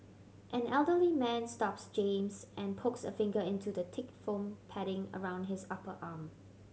an elderly man stops James and pokes a finger into the thick foam padding around his upper arm